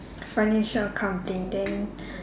financial accounting then